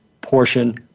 portion